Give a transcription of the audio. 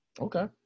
Okay